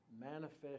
manifest